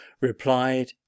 replied